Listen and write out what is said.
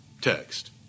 text